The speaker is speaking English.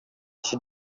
should